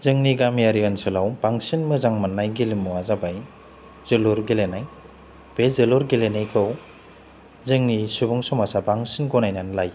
जोंनि गामियारि ओनसोलाव बांसिन मोजां मोन्नाय गेलेमुया जाबाय जोलुर गेलेनाय बे जोलुर गेलेनायखौ जोंनि सुबुं समाजा बांसिन गनायनानै लायो